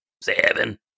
Seven